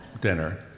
dinner